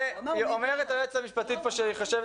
אומרת פה היועצת המשפטית שהיא חושבת